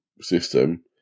system